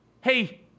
hey